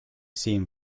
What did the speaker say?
seen